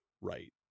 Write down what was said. right